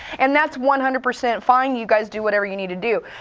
and that's one hundred percent fine, you guys do whatever you need to do,